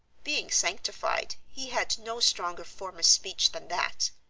being sanctified, he had no stronger form of speech than that.